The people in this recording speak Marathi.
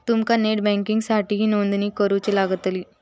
तुमका नेट बँकिंगसाठीही नोंदणी करुची लागतली